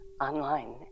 online